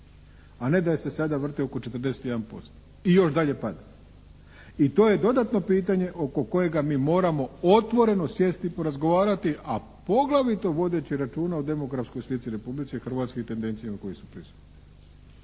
a ne da se sada vrte oko 41% i još dalje pada. I to je dodatno pitanje oko kojega mi moramo otvoreno sjesti i porazgovarati, a poglavito vodeći računa o demografskoj slici Republike Hrvatske i tendencijama koje su prisutne.